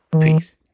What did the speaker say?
Peace